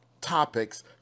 topics